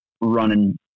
running